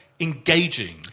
engaging